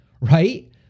right